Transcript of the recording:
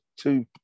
two